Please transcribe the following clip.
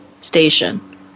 station